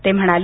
ते म्हणाले